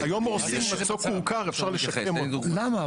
--- למה?